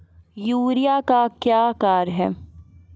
Urea का क्या कार्य हैं?